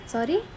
Sorry